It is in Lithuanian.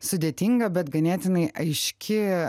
sudėtinga bet ganėtinai aiški